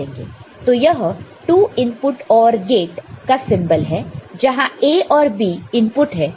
तो यह 2 input OR gate symbol है जहां A और B इनपुट है